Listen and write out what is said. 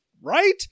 Right